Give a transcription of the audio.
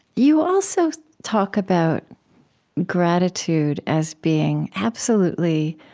you also talk about gratitude as being absolutely